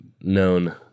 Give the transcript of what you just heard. known